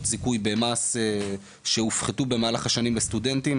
הזיכוי במס שהופחת במהלך השנים לסטודנטים.